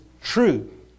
true